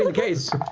ah case,